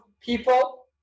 people